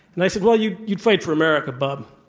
and i said, well, you'd you'd fight for america, bub,